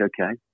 okay